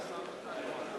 מזכירת הכנסת מצטרפת אלינו.